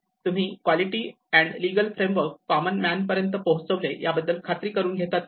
तुम्ही quality and legal framework common man पर्यंत पोहोचले याबद्दल खात्री करून घेतात काय